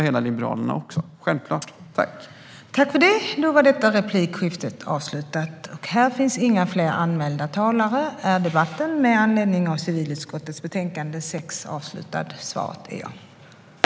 Det gör självklart hela Liberalerna.